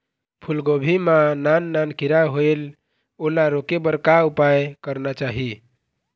फूलगोभी मां नान नान किरा होयेल ओला रोके बर का उपाय करना चाही?